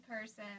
person